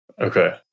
Okay